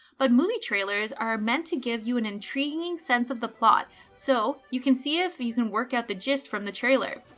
but movie trailers are meant to give you an intriguing sense of the plot so you can see if you can work out the gist from the trailer.